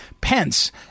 Pence